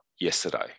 yesterday